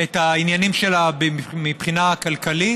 את העניינים שלה מבחינה כלכלית.